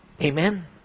Amen